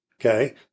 okay